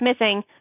missing